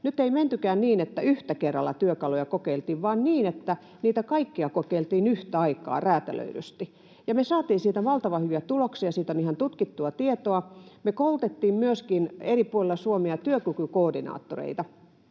nyt ei mentykään niin, että yhtä työkalua kerrallaan kokeiltiin, vaan niin, että niitä kaikkia kokeiltiin yhtä aikaa räätälöidysti. Ja me saatiin siitä valtavan hyviä tuloksia, siitä on ihan tutkittua tietoa. Me myöskin koulutettiin eri puolilla Suomea työkykykoordinaattoreita.